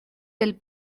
del